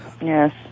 Yes